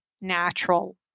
natural